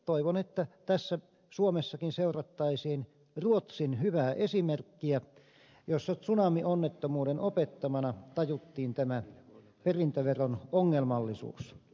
toivon että tässä suomessakin seurattaisiin ruotsin hyvää esimerkkiä jossa tsunamionnettomuuden opettamana tajuttiin tämä perintöveron ongelmallisuus